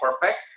perfect